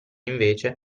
invece